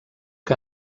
que